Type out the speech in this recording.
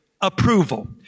approval